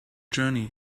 journey